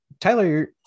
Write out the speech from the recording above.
Tyler